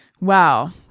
Wow